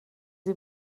sie